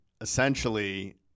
essentially